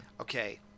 Okay